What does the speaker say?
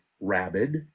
Rabid